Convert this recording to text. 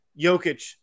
Jokic